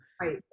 right